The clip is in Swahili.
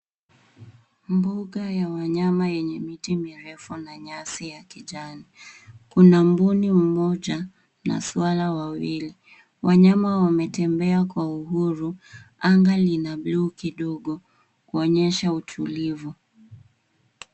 Mbuga ya wanyama yenye miti mirefu na nyasi ya kijani. Kuna mbuni mmoja na swala wawili. Wanyama wametembea kwa uhuru. Anga lina bluu kidogo kuonyesha utulivu.